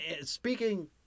speaking